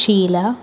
Sheela